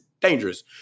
dangerous